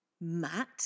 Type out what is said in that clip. Matt